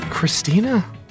Christina